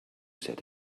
said